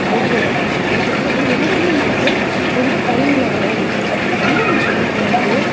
அளவோடு எடுத்துக்கிட்டோம்னால் எல்லாமே நமக்கு ரொம்ப பயனுள்ளதாக தான் இருக்குது அந்த மாதிரி எனக்கு